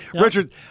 Richard